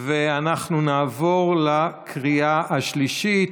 אנחנו נעבור לקריאה השלישית.